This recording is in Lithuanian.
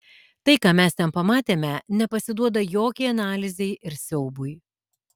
tai ką mes ten pamatėme nepasiduoda jokiai analizei ir siaubui